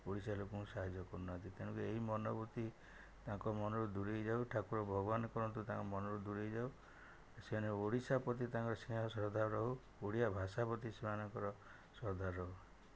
ଓଡ଼ିଶା ଲୋକଙ୍କୁ ସାହାଯ୍ୟ କରୁନାହାନ୍ତି ତେଣୁକରି ଏହି ମନବୃତ୍ତି ତାଙ୍କ ମନରୁ ଦୂରେଇ ଯାଉ ଠାକୁର ଭଗବାନ କରନ୍ତୁ ତାଙ୍କ ମନରୁ ଦୂରେଇ ଯାଉ ସେମାନେ ଓଡ଼ିଶା ପ୍ରତି ସେମାଙ୍କର ସ୍ନେହ ଶ୍ରଦ୍ଧା ରହୁ ଓଡ଼ିଶା ପ୍ରତି ସେମାନଙ୍କ ଶ୍ରଦ୍ଧା ରହୁ